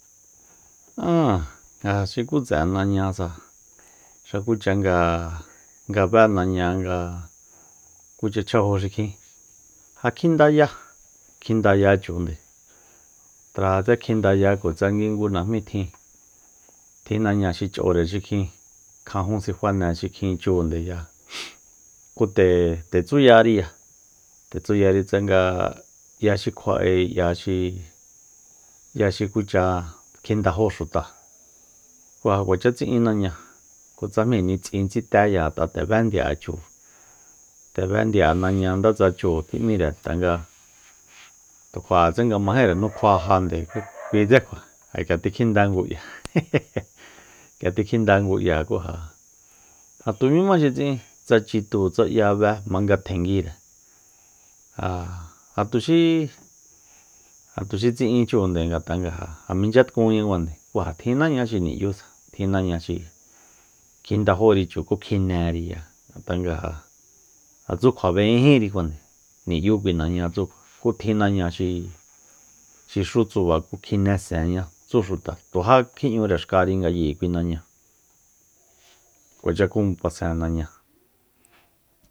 Aa ja tseꞌe nañasa xukucha nga be naña nga kucha chjajo xikjin ja kjindaya kjindaya chunde tratsé kjindaya kjutsa ngui ngu najmi tjin tjin naña xi chꞌore xikjin kjajun sifane xikjin chundeya kú te- tetsuyariya te tsayari tsanga ꞌya xi kjuaꞌi ꞌya xi ꞌya kucha kjindajo xuta kú ja kuacha tsiꞌin naña kjutsajmi nitsꞌin tsiteya ngata nde bé ndiaꞌe chu nde bé ndiaꞌe naña ndetsa chu tjiꞌmire tanga tukjuaꞌetse nga majinre nukjua ja nde kú kuitsé kjua ja kꞌia tikjinda ngu kꞌia kꞌia tikjinda ngu kꞌia kú ja jatumima xi tsiꞌin tsa chitu tsa ꞌya be mangatjenguire ja- ja tuxi ja tuxi tsiꞌin chunde ngatꞌa nga ja ja mincha tkunña kuande kú ja tjin naña xi niꞌyusa tjin naña xi kjindajuri chu kú kjineriya ngatꞌa nga ja ja tsu kjua bejinjíri kuande niꞌyu kui naña tsu kjua kú tjin naña xi xi xu tsuba kú kjinesenña tsu xuta tu je kjiꞌñure xkari nga yi kui naña kuacha ku basen naña.